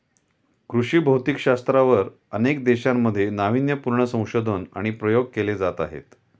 कृषी भौतिकशास्त्रावर अनेक देशांमध्ये नावीन्यपूर्ण संशोधन आणि प्रयोग केले जात आहेत